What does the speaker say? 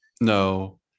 No